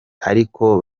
ariko